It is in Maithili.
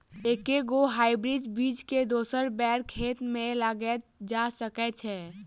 एके गो हाइब्रिड बीज केँ दोसर बेर खेत मे लगैल जा सकय छै?